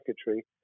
secretary